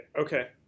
okay